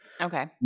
Okay